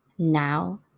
Now